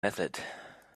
method